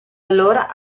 allora